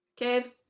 Kev